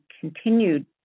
continued